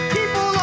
People